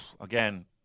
Again